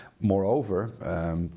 Moreover